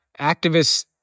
activists